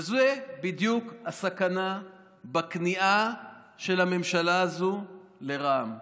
וזו בדיוק הסכנה בכניעה של הממשלה הזו לרע"מ.